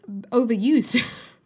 overused